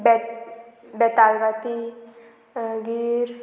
बेत बेतालबाती मागीर